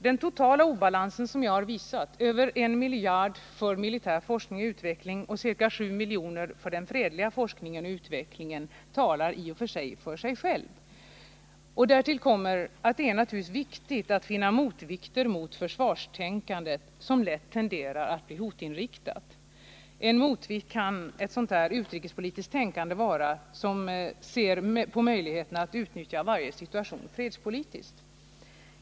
Den totala obalans som jag visat på — över 1 miljard för militär forskning och utveckling och ca 7 miljoner för den fredliga forskningen och utvecklingen — talar i och för sig sitt tydliga språk. Därtill kommer att det naturligtvis är viktigt att finna motvikter mot försvarstänkande som lätt tenderar att bli hotinriktat. En motvikt kan vara ett utrikespolitiskt tänkande som ser på möjligheterna att utnyttja varje situation fredspolitiskt.